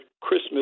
Christmas